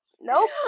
Nope